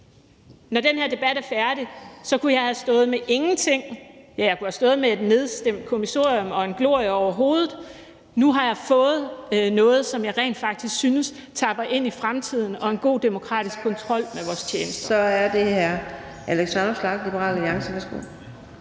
Når den her debat er færdig, kunne jeg have stået med ingenting. Ja, jeg kunne have stået med et nedstemt kommissorium og en glorie over hovedet, men nu har jeg fået noget, som jeg rent faktisk synes tapper ind i fremtiden, og jeg har fået en god demokratisk kontrol med vores tjenester. Kl. 15:40 Fjerde næstformand (Karina